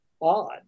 odd